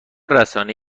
رسانه